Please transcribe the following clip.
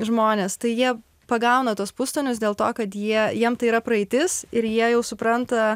žmonės tai jie pagauna tuos pustonius dėl to kad jie jiem tai yra praeitis ir jie jau supranta